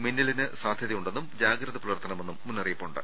മിന്നലിന് സാധ്യതയു ണ്ടെന്നും ജാഗ്രത പുലർത്തണമെന്നും മുന്നറിയിപ്പുണ്ട്